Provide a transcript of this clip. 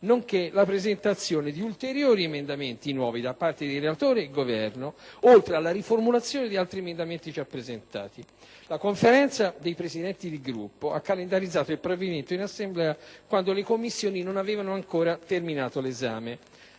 nonché la presentazione di ulteriori nuovi emendamenti sia da parte del relatore che del Governo, oltre alla riformulazione di altri già presentati. La Conferenza dei Capigruppo ha calendarizzato il provvedimento in Assemblea quando le Commissioni non ne avevano ancora terminato l'esame